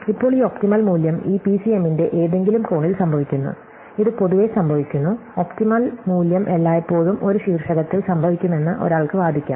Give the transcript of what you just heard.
ഇപ്പോൾ ഈ ഒപ്റ്റിമൽ മൂല്യം ഈ പിസിഎമ്മിന്റെ ഏതെങ്കിലും കോണിൽ സംഭവിക്കുന്നു ഇത് പൊതുവെ സംഭവിക്കുന്നു ഒപ്റ്റിമൽ മൂല്യം എല്ലായ്പ്പോഴും ഒരു ശീർഷകത്തിൽ സംഭവിക്കുമെന്ന് ഒരാൾക്ക് വാദിക്കാം